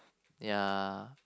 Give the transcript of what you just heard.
ya